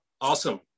Awesome